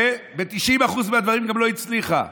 וב-90% מהדברים היא גם לא הצליחה,